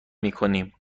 میکنیم